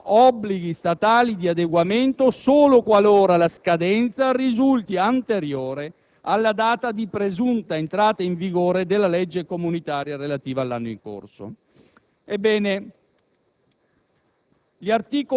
che comportano obblighi statali di adeguamento solo qualora la scadenza risulti anteriore alla data di presunta entrata in vigore della legge comunitaria relativa all'anno in corso». Ebbene,